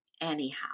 anyhow